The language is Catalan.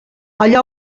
allà